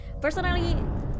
personally